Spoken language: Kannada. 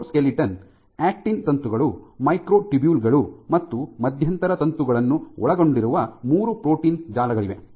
ಸೈಟೋಸ್ಕೆಲಿಟನ್ ಆಕ್ಟಿನ್ ತಂತುಗಳು ಮೈಕ್ರೊಟ್ಯೂಬ್ಯೂಲ್ ಗಳು ಮತ್ತು ಮಧ್ಯಂತರ ತಂತುಗಳನ್ನು ಒಳಗೊಂಡಿರುವ ಮೂರು ಪ್ರೋಟೀನ್ ಜಾಲಗಳಿವೆ